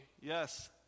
Yes